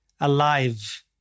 alive